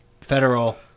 federal